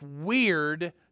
weird